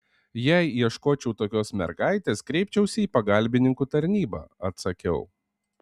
jei ieškočiau tokios mergaitės kreipčiausi į pagalbininkų tarnybą atsakiau